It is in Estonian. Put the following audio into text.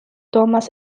toomas